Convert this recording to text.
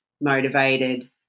motivated